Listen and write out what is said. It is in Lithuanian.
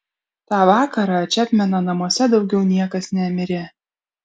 tą vakarą čepmeno namuose daugiau niekas nemirė